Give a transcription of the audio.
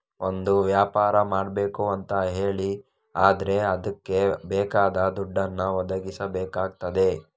ಒಂದು ವ್ಯಾಪಾರ ಮಾಡ್ಬೇಕು ಅಂತ ಹೇಳಿ ಆದ್ರೆ ಅದ್ಕೆ ಬೇಕಾದ ದುಡ್ಡನ್ನ ಒದಗಿಸಬೇಕಾಗ್ತದೆ